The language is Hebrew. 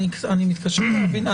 אני מתקשה להבין.